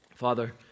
Father